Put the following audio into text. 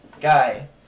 guy